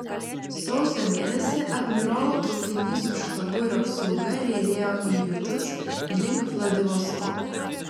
sausio mėnesį admirolo traukinys su štabu ir apsauga riedėjo į rytus link vladivostoko